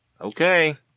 Okay